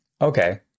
Okay